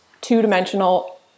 two-dimensional